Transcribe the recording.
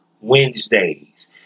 Wednesdays